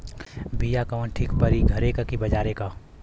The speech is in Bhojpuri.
बिया कवन ठीक परी घरे क की बजारे क?